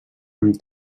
amb